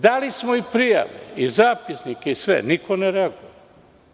Dali smo i prijave i zapisnike i sve, niko ne reaguje.